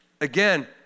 again